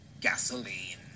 Gasoline